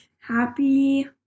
happy